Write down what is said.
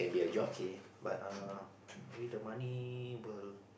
okay but err with the money will